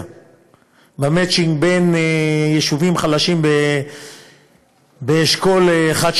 במצ'ינג בין יישובים חלשים באשכולות 1,